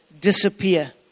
Disappear